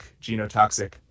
genotoxic